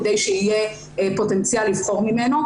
כדי שיהיה פוטנציאל לבחור ממנו.